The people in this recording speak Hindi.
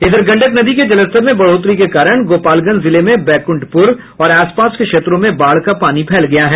इधर गंडक नदी के जलस्तर में बढ़ोतरी के कारण गोपालगंज जिले में बैकुंठपुर और आस पास के क्षेत्रों में बाढ़ का पानी फैल गया है